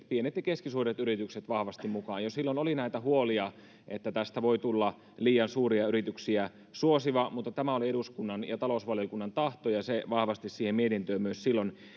pienet ja keskisuuret yritykset vahvasti mukaan jo silloin oli näitä huolia että tästä voi tulla liian suuria yrityksiä suosiva mutta tämä oli eduskunnan ja talousvaliokunnan tahto ja se vahvasti mietintöön silloin